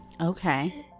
Okay